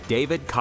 David